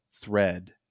thread